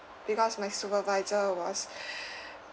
because my supervisor was